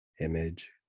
image